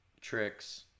tricks